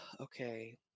okay